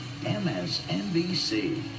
MSNBC